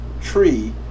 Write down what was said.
tree